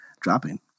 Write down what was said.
dropping